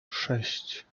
sześć